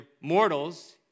mortals